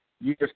years